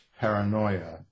paranoia